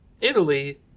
Italy